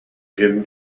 jim